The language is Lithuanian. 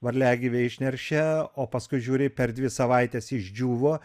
varliagyviai išneršia o paskui žiūri per dvi savaites išdžiūvo